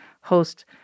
host